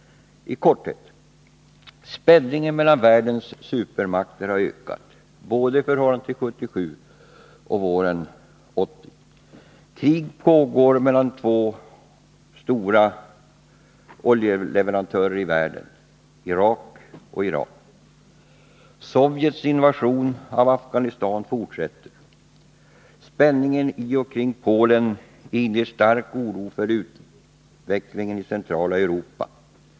I korthet: Krig pågår mellan världens två stora oljeleverantörer Irak och Iran. Sovjets invasion i Afghanistan fortsätter. Spänningen i och kring Polen inger stark oro för utvecklingen i centrala Europa.